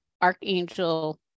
Archangel